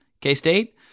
K-State